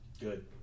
Good